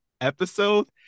episode